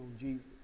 Jesus